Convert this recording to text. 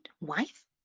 wife